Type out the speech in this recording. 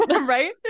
right